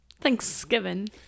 Thanksgiving